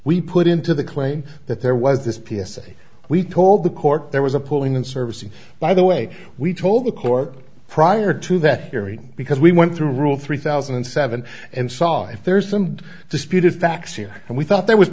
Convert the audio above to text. we put into the claim that there was this p s a we told the court there was a pulling in service and by the way we told the court prior to that hearing because we went through rule three thousand and seven and saw if there's some disputed facts here and we thought there was